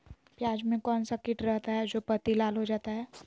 प्याज में कौन सा किट रहता है? जो पत्ती लाल हो जाता हैं